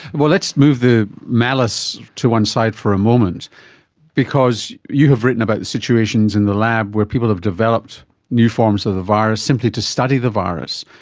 well, let's move the malice to one side for a moment because you have written about situations in the lab where people have developed new forms of the virus simply to study the virus,